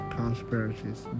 conspiracies